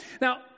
Now